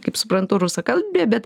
kaip suprantu rusakalbė bet